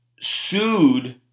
sued